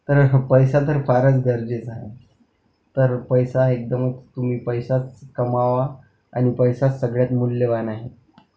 कारण हा पैसा तर फारच गरजेचा आहे तर पैसा एकदमच तुम्ही पैसाच कमवावा आणि पैसाच सगळ्यात मूल्यवान आहे